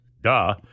Duh